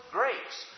grace